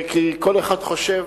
כל אחד חושב,